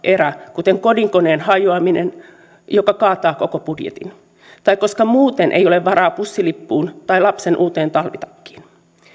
kuten kodinkoneen hajoaminen joka kaataa koko budjetin tai koska muuten ei ole varaa bussilippuun tai lapsen uuteen talvitakkiin